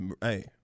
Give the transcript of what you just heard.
Hey